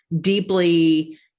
deeply